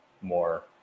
more